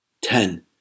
Ten